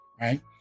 right